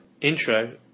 Intro